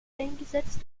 eingesetzt